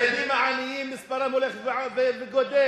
והילדים העניים מספרם הולך וגדל.